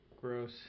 Gross